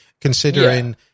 considering